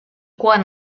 quan